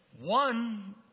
One